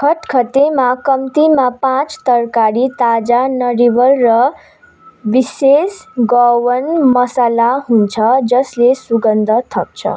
खटखतेमा कम्तिमा पाँच तरकारी ताजा नरिवल र विशेष गोआन मसला हुन्छन् जसले सुगन्ध थप्छ